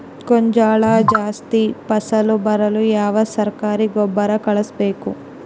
ಗೋಂಜಾಳ ಜಾಸ್ತಿ ಫಸಲು ಬರಲು ಯಾವ ಸರಕಾರಿ ಗೊಬ್ಬರ ಬಳಸಬೇಕು?